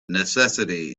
necessity